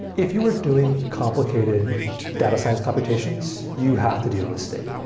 if you are doing complicated data science competitions, you have to deal with state.